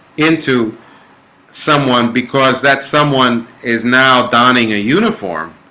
into someone because that someone is now donning a uniform.